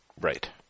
Right